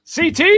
CT